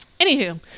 Anywho